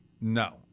No